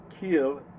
kill